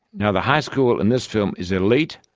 now, the high school in this film is elite,